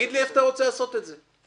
תגיד לי איפה אתה רוצה לעשות את זה.